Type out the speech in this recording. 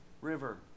river